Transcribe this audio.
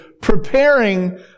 preparing